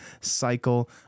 cycle